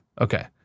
Okay